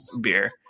beer